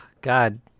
God